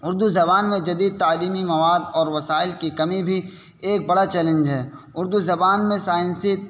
اردو زبان میں جدید تعلیمی مواد اور وسائل کی کمی بھی ایک بڑا چیلنج ہے اردو زبان میں سائنسی